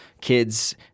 kids